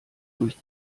durch